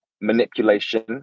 manipulation